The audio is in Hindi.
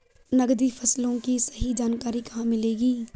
नकदी फसलों की सही जानकारी कहाँ मिलेगी?